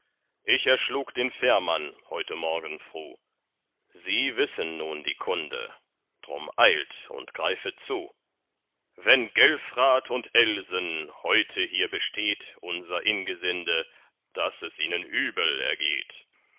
ich erschlug den fährmann heute morgen fruh sie wissen nun die kunde drum eilt und greifet zu wenn gelfrat und elsen heute hier besteht unser ingesinde daß es ihnen übel ergeht